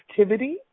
activity